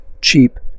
cheap